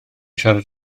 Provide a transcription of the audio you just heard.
siarad